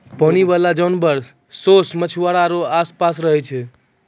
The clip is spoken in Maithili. पानी बाला जानवर सोस मछुआरा रो आस पास रहै छै